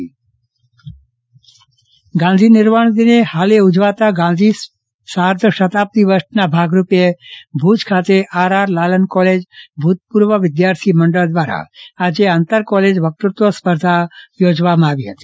ચંદ્રવદન પટ્ટણી વક્તૃત્વ સ્પર્ધા ગાંધી નિર્વાણદિને હાલે ઉજવાતા સાર્ધ શતાબ્દી વર્ષના ભાગરૂપે ભુજ ખાતે આર આર લાલન કોલેજ ભૂતપૂર્વ વિદ્યાર્થી મંડળ દ્વારા આજે આંતર કોલેજ વકતૃત્વ સ્પર્ધા યોજવામાં આવી હતી